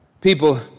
people